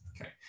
Okay